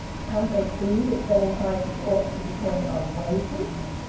can't they see that selling prices ought to depend on wages?